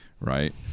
right